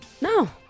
No